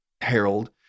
Harold